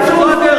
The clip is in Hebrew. נפתלי בנט,